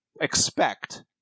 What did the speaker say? expect –